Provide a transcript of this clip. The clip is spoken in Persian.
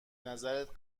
نظرت